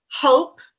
hope